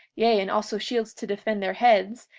yea, and also shields to defend their heads,